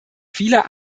vieler